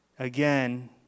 Again